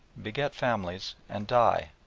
beget families, and die,